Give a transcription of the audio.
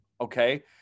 okay